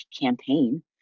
campaign